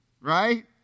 right